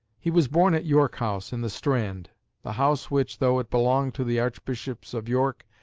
he was born at york house, in the strand the house which, though it belonged to the archbishops of york,